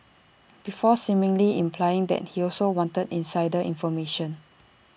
before seemingly implying that he also wanted insider information